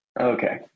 Okay